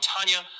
Tanya